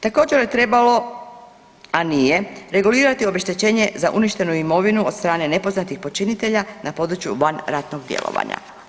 Također je trebalo, a nije regulirati obeštećenje za uništenu imovinu od strane nepoznatih počinitelja na području van ratnog djelovanja.